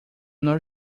not